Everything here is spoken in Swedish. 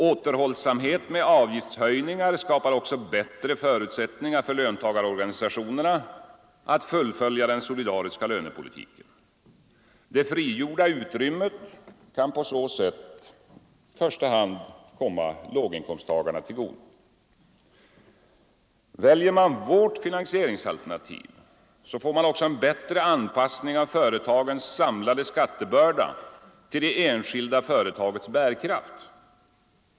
Återhållsamhet med avgiftshöjningar skapar också bättre fö utsättningar för löntagarorganisationerna att fullfölja den solidariska lönepolitiken. Det frigjorda utrymmet kan på så sätt i första hand komma låginkomsttagarna till godo. Väljer man vårt finansieringsalternativ får man också en bättre anpassning av företagens samlade skattebörda till det enskilda företagets bärkraft.